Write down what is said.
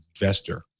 investor